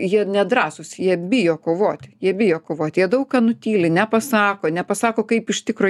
jie nedrąsūs jie bijo kovoti jie bijo kovoti jie daug ką nutyli nepasako nepasako kaip iš tikro